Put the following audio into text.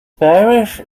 parish